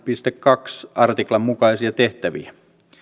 piste toisen artiklan mukaisia tehtäviä